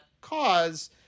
cause